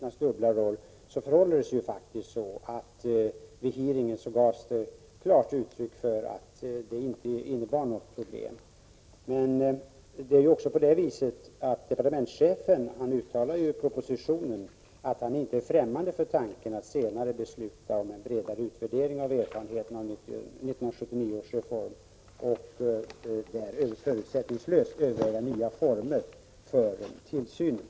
Fru talman! Vid hearingen gavs det klart uttryck för att kronofogdemyndighetens dubbla roll inte innebär något problem. Departementschefen har också uttalat i propositionen att han inte är främmande för tanken att senare besluta om en bredare utvärdering av erfarenheterna av 1979 års reform och därvid förutsättningslöst överväga nya former för tillsynen.